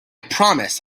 promise